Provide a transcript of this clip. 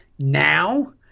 now –